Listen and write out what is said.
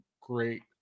great